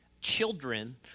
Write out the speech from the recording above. Children